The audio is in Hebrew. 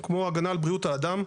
כמו הגנה על בריאות האדם,